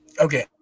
Okay